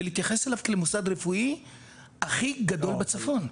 ולהתייחס אליו כמוסד רפואי הכי גדול בצפון.